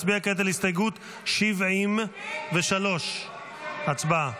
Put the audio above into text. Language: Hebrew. נצביע כעת על הסתייגות 73. הצבעה.